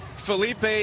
Felipe